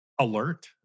alert